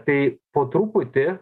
tai po truputį